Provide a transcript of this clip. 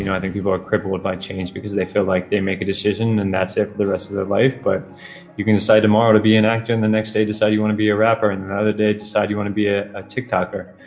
you know i think people are crippled by change because they feel like they make a decision and that's it for the rest of their life, but you can decide tomorrow to be an actor, and the next day decide you want to be a rapper and another day decided you want to be a a tiktoker.